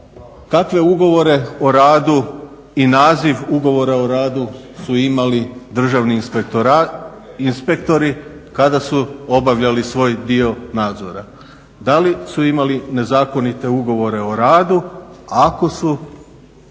kakve ugovore o radu i naziv ugovora o radu su imali državni inspektori kada su obavljali svoj dio nadzora. Da li su imali nezakonite ugovore o radu ako su,